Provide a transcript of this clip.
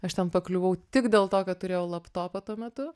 aš ten pakliuvau tik dėl to kad turėjau laptopą tuo metu